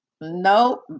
No